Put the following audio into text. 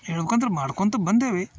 ಹೇಳ್ಕೊಂತ್ರ ಮಾಡ್ಕೊತಾ ಬಂದೇವಿ